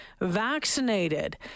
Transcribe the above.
Vaccinated